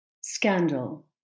Scandal